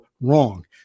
wrong